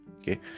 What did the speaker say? okay